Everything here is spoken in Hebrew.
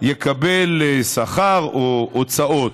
יקבל שכר או הוצאות.